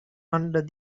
under